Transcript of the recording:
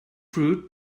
fruit